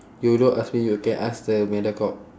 you don't ask me you can ask the mediacorp